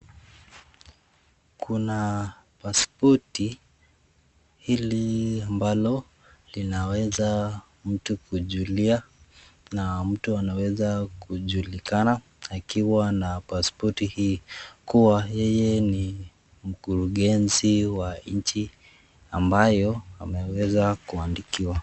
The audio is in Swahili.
Kuna paspoti hili ambalo linaweza mtu kujulia na mtu anaweza kujilikana akiwa na paspoti hii kuwa yeye ni mkuregenzi wa nchi ambayo anaweza kuandikiwa.